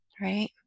right